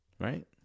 Right